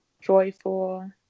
joyful